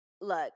look